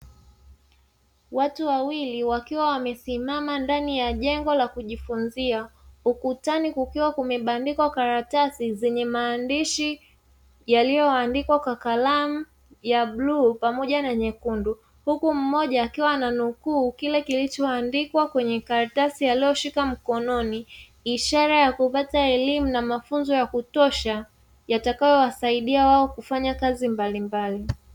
Watu wawili wakiwa wamesimama ndani ya jengo la kujifunzia ukutani kukiwa kumebandikwa karatasi zenye maandishi yaliyo andikwa kwa kalamu ya bluu pamoja na nyekundu; huku mmoja akiwa ananukuu kile kilicho andikwa karatasi aloshika mkononi, ishara ya kupata elimu na mafunzo ya kutosha yatayo wasaidia wao kufanya kazi mbalimbali.